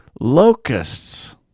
locusts